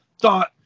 thought